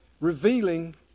revealing